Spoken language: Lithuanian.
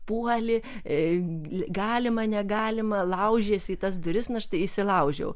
puoli galima negalima laužiesi į tas duris na štai įsilaužiau